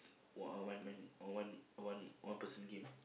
one on one one on one one person game